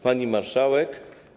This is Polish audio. Pani Marszałek!